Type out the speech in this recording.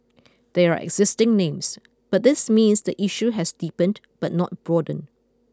they are existing names but this means the issue has deepened but not broadened